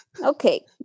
Okay